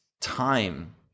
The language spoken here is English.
time